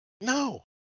No